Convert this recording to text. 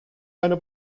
eine